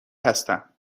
هستم